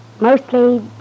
Mostly